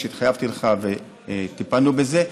שהתחייבתי לך וטיפלנו בזה,